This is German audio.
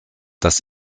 das